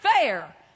fair